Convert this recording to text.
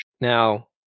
Now